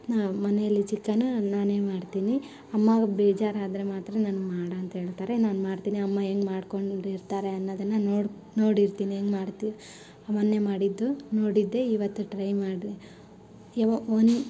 ನಾನು ಮನೆಯಲ್ಲಿ ಚಿಕನ್ ನಾನೇ ಮಾಡ್ತೀನಿ ಅಮ್ಮಾಗ ಬೇಜಾರು ಆದರೆ ಮಾತ್ರ ನನ್ಗೆ ಮಾಡು ಅಂತ ಹೇಳ್ತಾರೆ ನಾನು ಮಾಡ್ತೀನಿ ಅಮ್ಮ ಹೆಂಗೆ ಮಾಡ್ಕೊಂಡು ಇರ್ತಾರೆ ಅನ್ನೋದನ್ನು ನೋಡಿ ನೋಡಿರ್ತೀನಿ ಹೆಂಗೆ ಮಾಡ್ತಿ ಮೊನ್ನೆ ಮಾಡಿದ್ದು ನೋಡಿದ್ದೆ ಇವತ್ತು ಟ್ರೈ ಮಾಡಿದೆ ಯಾವ ಒಂದು